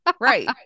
Right